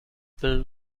built